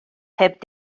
heb